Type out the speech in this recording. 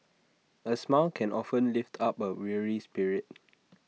A smile can often lift up A weary spirit